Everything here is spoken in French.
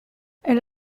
elle